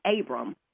Abram